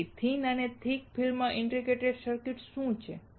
તેથી થિન અને થીક ફિલ્મના ઇન્ટિગ્રેટેડ સર્કિટ્સ શું છે